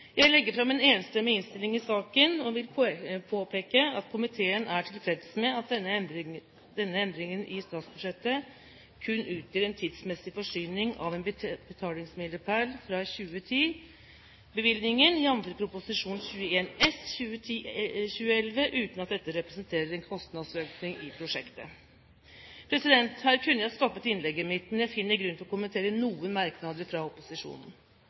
Jeg legger fram en enstemmig innstilling i saken og vil påpeke at komiteen er tilfreds med at denne endringen i statsbudsjettet kun utgjør en tidsmessig forskyvning av en betalingsmilepæl fra 2010-bevilgningen, jf. Prop. 21 S for 2010–2011, uten at dette representerer en kostnadsøkning i prosjektet. Her kunne jeg ha stoppet innlegget mitt, men jeg finner grunn til å kommentere noen merknader fra opposisjonen.